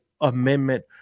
amendment